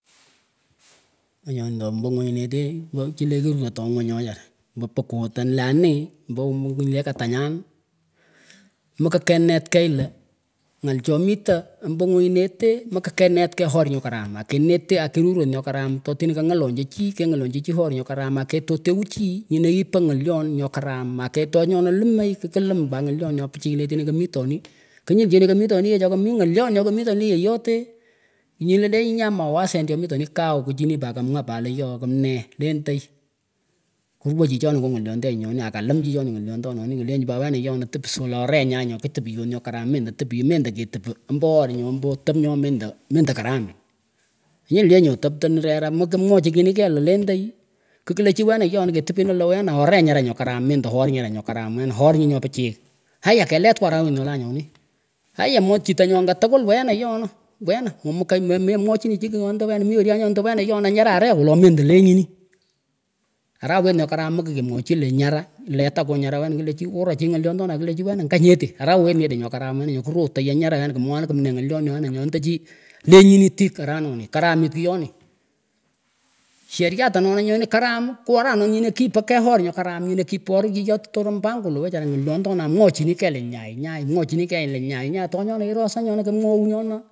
Ngah nyonih tah mba ngunyineteh mba chileh kiruratoh nguny ooh wechara mpa pokot lehanih mbo nyileh katanyan mekah kenet keyh lah ngal chomitah mba ngunyineteh mekahkenet keyh horr nyoh karam akeneth kirurat nyohkaram tohtinah kangalolochi chih kengalochi chi horr nyoh karam aketoteuh chih nyinah yipah ngalyon nyohkaram aketoteun chih nyinah yieah ngalyon nyokharam akeh toh nyono limay klim pah ngalyon nyoh pichiy letinah mitonih knyull chinah kamitonih yeh chokamih ngalyon nyoh kamitonih yeyote nyinah leh nyingan mawasen chomitonih kawh kuchinih pat kamwah pat lee yeeoh kimnee lenday kuwahchichonah ngoh ngalyondenyih nyonih akalim chicho ngalyondoh nonih klenchi pat wenah yeeoh nah teeesoh lah areh nyay nyo tepsoh nyoh karam mendoh tepiyoh mendah ketapuh ombo orr nyoh mbo otap nyohmendah mendah karam knyill yeh nyu otapt anih rerah mekah mwochini keyh lah lendey ki klah chih wenoh klah chiti wenoh yeeoh ketapenah lahooh wenah areh nyarah nyoh koram amedah orr nyin nyo pichiy hayah kelet omba arawet nyoh lanyonih hayah mwooh chiteh nyoh angah tkwull wenah yeeonah wenah memukanj mememwochinih chi kigh nyondan wenah mih weryangah nyondah wenah yeeonah nyarah areh wolo mendah lenyinih arawet nyo karam mekah kemwochi chi lah inyarah letah ngoh nyarah wenah klah chih kurah chih ngolyondonay klach chi nganyeteh arawet nyeteh nyoh karam wena nyo korotay anyarah wenah kemwoanini kimnee ngalyon nyoh anah endachi lenyinah kipah keyh horr nyo karam nyinah kiporuh kiyotuh kiyotuh torot mpango la ngalyondoney mwochinih keyh lah nyay mwochinih keyh nyay nyay tongonah iroanyih nyoonah kamwaouh nyonah.